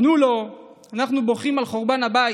ענו לו: אנחנו בוכים על חורבן הבית.